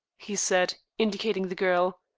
he said, indicating the girl.